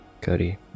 Cody